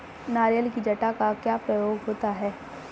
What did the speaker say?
नारियल की जटा का क्या प्रयोग होता है?